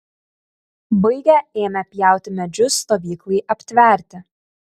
baigę ėmė pjauti medžius stovyklai aptverti